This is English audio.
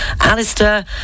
Alistair